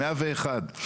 101,